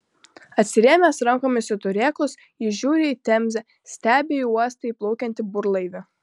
atsirėmęs rankomis į turėklus jis žiūri į temzę stebi į uostą įplaukiantį burlaivį